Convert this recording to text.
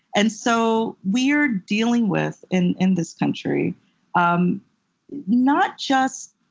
and so we're dealing with in in this country um not just,